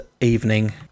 Evening